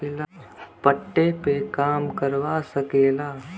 पट्टे पे काम करवा सकेला